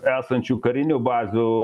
esančių karinių bazių